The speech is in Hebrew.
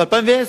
ב-2010.